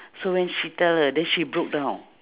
so when she tell her then she broke down